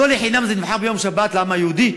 לא לחינם נבחר יום שבת לעם היהודי,